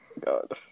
God